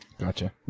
Gotcha